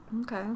Okay